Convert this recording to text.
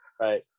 Right